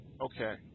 Okay